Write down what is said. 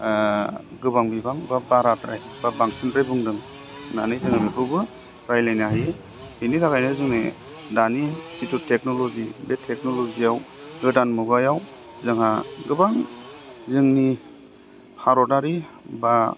गोबां बिबां बा बाराद्राय बा बांसिनद्राय बुंदों होननानै जों बेखौबो रायज्लायनो हायो बेनि थाखायनो जोंनि दानि जिथु टेकनलजि बे टेकनलजियाव गोदान मुगायाव जोंहा गोबां जोंनि भारतआरि बा